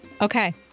Okay